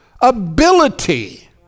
ability